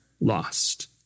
lost